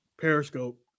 Periscope